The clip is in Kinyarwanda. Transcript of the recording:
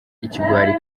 ikigwari